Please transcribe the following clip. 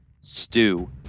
stew